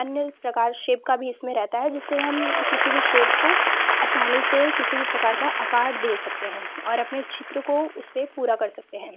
अन्य प्रकार शेप का भी इसमें रहता है जिससे हम किसी भी शेप को आसानी से किसी भी प्रकार का आकार दे सकते हैं और अपने चित्र को उसपे पूरा कर सकते हैं